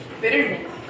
Bitterness